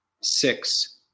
six